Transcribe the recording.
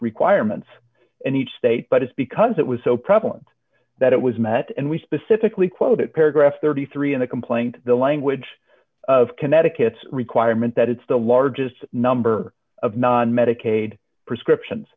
requirements and each state but it's because it was so prevalent that it was met and we specifically quoted paragraph thirty three in the complaint the language of connecticut's requirement that it's the largest number of non medicaid prescriptions